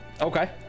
Okay